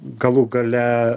galų gale